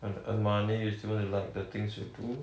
want to earn money you still wanna like the things you do